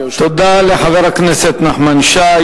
תודה לחבר הכנסת נחמן שי.